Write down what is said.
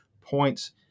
points